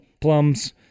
plums